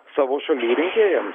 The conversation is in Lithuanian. savo šalių rinkėjams